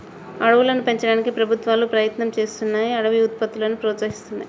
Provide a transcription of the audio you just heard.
అడవులను పెంచడానికి ప్రభుత్వాలు ప్రయత్నం చేస్తున్నాయ్ అడవి ఉత్పత్తులను ప్రోత్సహిస్తున్నాయి